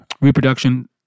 reproduction